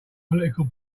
political